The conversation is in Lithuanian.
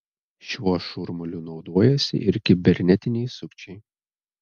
šiuo šurmuliu naudojasi ir kibernetiniai sukčiai